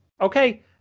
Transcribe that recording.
Okay